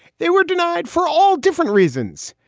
they were denied for all different reasons.